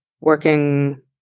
working